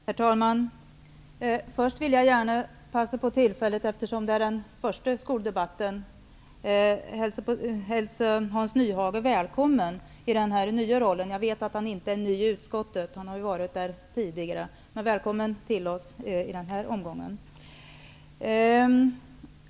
Herr talman! Först vill jag begagna tillfället, eftersom detta är den första skoldebatten under hösten, att hälsa Hans Nyhage välkommen i hans nya roll. Jag vet att han inte är ny i utskottet, utan har varit där tidigare, men jag önskar honom välkommen till oss i den här omgången.